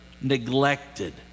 neglected